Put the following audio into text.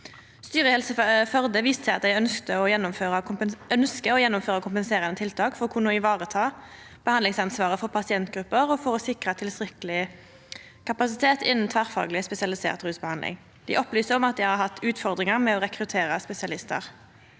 Styret i Helse Førde viste til at dei ønskjer å gjennomføra kompenserande tiltak for å kunna vareta behandlingsansvaret for pasientgrupper og for å sikra tilstrekkeleg kapasitet innan tverrfagleg spesialisert rusbehandling. Dei opplyser om at dei har hatt utfordringar med å rekruttera spesialistar.